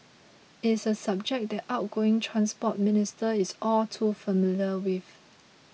it's a subject the outgoing Transport Minister is all too familiar with